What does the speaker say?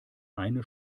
eine